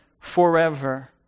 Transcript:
forever